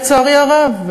לצערי הרב,